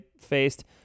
faced